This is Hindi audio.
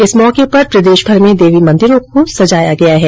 इस मौके पर प्रदेशभर में देवी मंदिरों को सजाया गया है